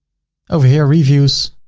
over here, reviews.